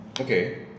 Okay